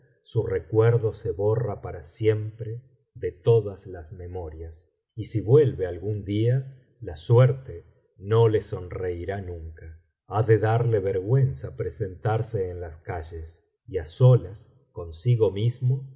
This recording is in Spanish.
su recuerdo se horra para siempre de todas las memorias y si vuelve algún día la suerte no le sonreirá nunca ha de darle vergüenza presentarse en las calles y á solas consigo mismo